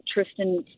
Tristan